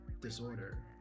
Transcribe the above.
disorder